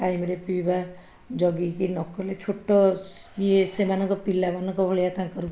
time ରେ ପିଇବା ଜଗିକି ନ କଲେ ଛୋଟ ଇଏ ସେମାନଙ୍କ ପିଲାମାନଙ୍କ ଭଳିଆ ତାଙ୍କର